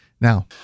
Now